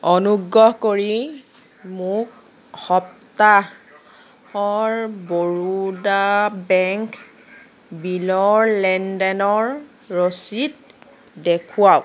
অনুগ্ৰহ কৰি মোক সপ্তাহৰ বৰোদা বেংক বিলৰ লেনদেনৰ ৰচিদ দেখুৱাওক